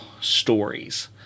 stories